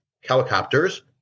helicopters